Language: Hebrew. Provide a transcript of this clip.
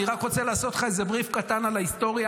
אני רק רוצה לעשות לך איזה בריף קטן על ההיסטוריה